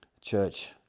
church